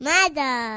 Mother